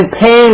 pain